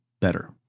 better